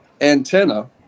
antenna